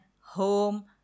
home